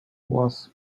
was